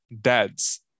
dads